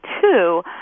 two